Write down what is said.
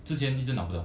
之前一直拿不到